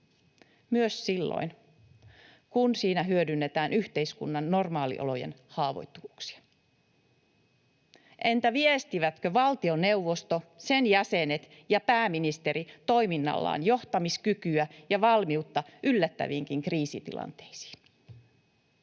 myös silloin, kun siinä hyödynnetään yhteiskunnan normaaliolojen haavoittuvuuksia? Entä viestivätkö valtioneuvosto, sen jäsenet ja pääministeri toiminnallaan johtamiskykyä ja valmiutta yllättäviinkin kriisitilanteisiin?